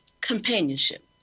companionship